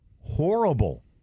horrible